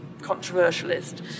controversialist